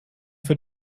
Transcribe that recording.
für